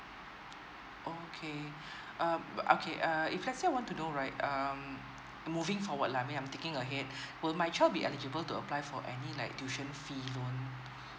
okay um okay uh if let's say I want to know right um moving forward lah I mean I'm thinking ahead would my child be eligible to apply for any like tuition fee loan